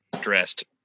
dressed